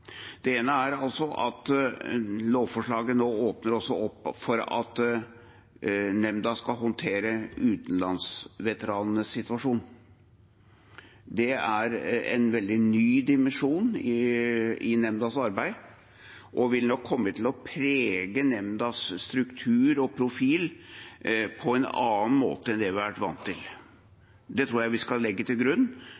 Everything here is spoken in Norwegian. Det ene er at lovforslaget nå også åpner opp for at nemnda skal håndtere utenlandsveteranenes situasjon. Det er en veldig ny dimensjon i nemndas arbeid og vil nok komme til å prege nemndas struktur og profil på en annen måte enn det vi har vært vant til.